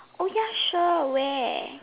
oh ya sure where